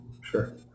sure